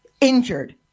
injured